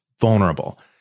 vulnerable